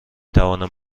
توانم